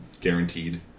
guaranteed